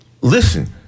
Listen